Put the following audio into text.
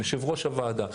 ליושבת-ראש הוועדה.